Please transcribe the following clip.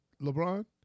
LeBron